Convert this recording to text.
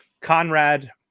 Conrad